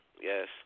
Yes